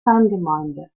fangemeinde